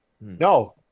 No